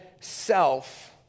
self